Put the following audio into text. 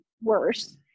worse